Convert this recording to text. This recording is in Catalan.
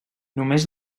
només